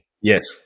Yes